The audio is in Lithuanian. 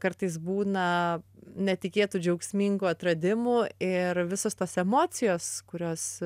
kartais būna netikėtų džiaugsmingų atradimų ir visos tos emocijos kurios